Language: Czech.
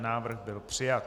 Návrh byl přijat.